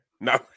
No